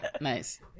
Nice